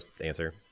answer